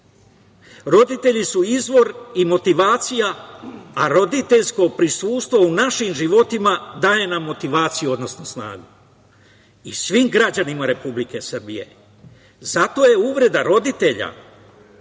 Roditelji su izvor i motivacija, a roditeljsko prisustvo u našim životima daje nam motivaciju, odnosno snagu i svim građanima Republike Srbije, zato je uvreda roditeljima